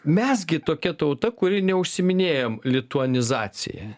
mes gi tokia tauta kuri neužsiiminėjam lituanizacija